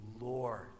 Lord